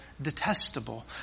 Detestable